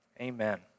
amen